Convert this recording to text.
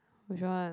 which one